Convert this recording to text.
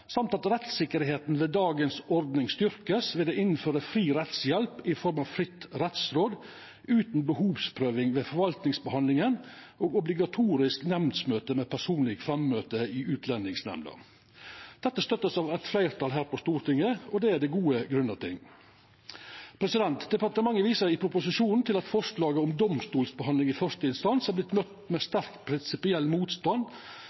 samt at rettssikkerheita ved dagens ordning vert styrkt, ved at det vert innført fri rettshjelp i form av fritt rettsråd utan behovsprøving ved forvaltningsbehandlinga og obligatorisk nemndsmøte med personleg frammøte i Utlendingsnemnda. Dette vert støtta av eit fleirtal her på Stortinget, og det er det gode grunnar til. Departementet viser i proposisjonen til at forslaget om domstolsbehandling i første instans har vorte møtt med sterk prinsipiell motstand